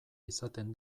izaten